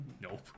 nope